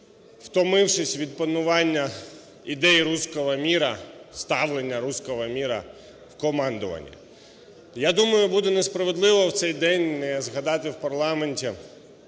втомившись від панування ідеї "русского мира", ставлення "русского мира" в командуванні. Я думаю, буде несправедливо в цей день не згадати в парламенті,